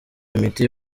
imiti